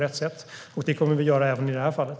Det kommer vi att göra även i det här fallet.